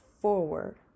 forward